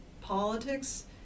politics